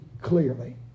clearly